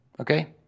okay